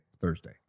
Thursday